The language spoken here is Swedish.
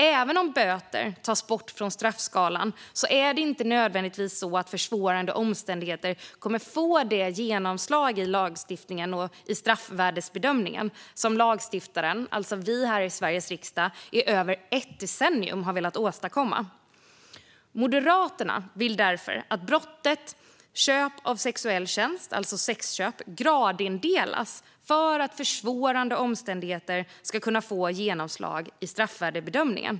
Även om böter tas bort från straffskalan är det alltså inte nödvändigtvis så att försvårande omständigheter kommer att få det genomslag i straffvärdebedömningen som lagstiftaren, alltså vi här i Sveriges riksdag, i över ett decennium har velat åstadkomma. Moderaterna vill därför att brottet köp av sexuell tjänst, alltså sexköp, gradindelas för att försvårande omständigheter ska kunna få genomslag i straffvärdebedömningen.